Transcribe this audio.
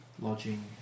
lodging